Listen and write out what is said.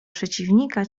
przeciwnika